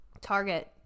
Target